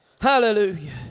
Hallelujah